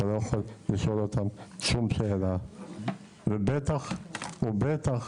אתה לא יכול לשאול אותם שום שאלה ובטח ובטח